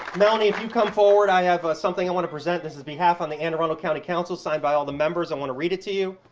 melanie, if you come forward, i have something i want to present. this is behalf on the anne arundel county council, signed by all the members. i want to read it to you.